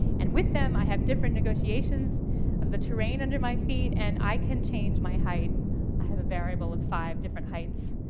and with them i have different negotiations of the terrain under my feet, and i can change my height i have a variable of five different heights.